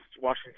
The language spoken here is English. Washington